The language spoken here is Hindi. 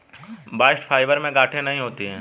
बास्ट फाइबर में गांठे नहीं होती है